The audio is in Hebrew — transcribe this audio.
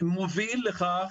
מוביל לכך,